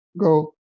go